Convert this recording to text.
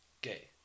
gay